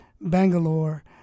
Bangalore